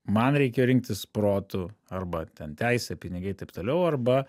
man reikėjo rinktis protu arba ten teise pinigai taip toliau arba